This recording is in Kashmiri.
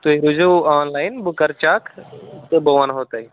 تُہۍ روٗزِیٚو آن لایِن بہٕ کٔرٕ چَک تہٕ بہٕ وَنہو تۅہہِ